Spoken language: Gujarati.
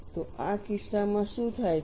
તો આ કિસ્સામાં શું થાય છે